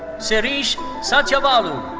sirish satyavolu.